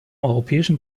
europäischen